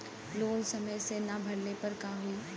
Loan समय से ना भरले पर का होयी?